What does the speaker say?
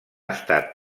estat